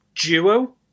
duo